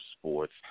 Sports